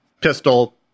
Pistol